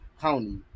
county